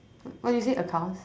what you say accounts